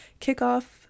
kickoff